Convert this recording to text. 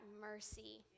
mercy